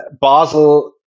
Basel